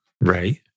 Right